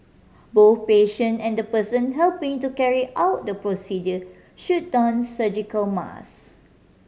both patient and the person helping to carry out the procedure should don surgical masks